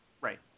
Right